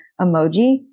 emoji